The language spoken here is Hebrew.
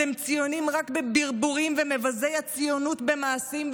אתם ציונים רק בברבורים ומבזי הציונות במעשים,